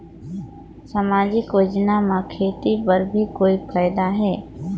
समाजिक योजना म खेती बर भी कोई फायदा है?